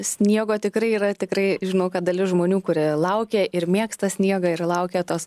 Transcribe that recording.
sniego tikrai yra tikrai žinau kad dalis žmonių kurie laukia ir mėgsta sniegą ir laukia tos